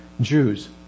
Jews